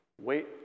Wait